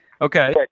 okay